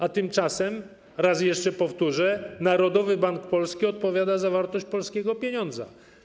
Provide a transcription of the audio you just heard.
A tymczasem raz jeszcze powtórzę: „Narodowy Bank Polski odpowiada za wartość polskiego pieniądza”